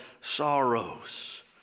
sorrows